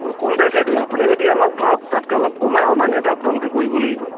কম বেছ সেইটোৱেই আপুনি যদি আমাক ধৰক তাতকৈ অলপ কমায় অনা নিয়াটো আপোনালোকে কৰিব লাগিব